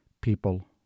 People